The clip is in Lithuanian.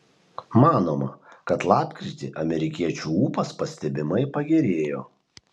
manoma kad lapkritį amerikiečių ūpas pastebimai pagerėjo